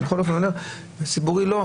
אני בכל אופן אומר, ציבורי לא.